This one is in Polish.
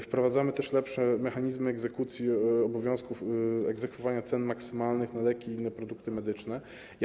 Wprowadzamy też lepsze mechanizmy egzekucji obowiązków, egzekwowania cen maksymalnych leków i innych produktów medycznych.